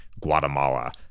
Guatemala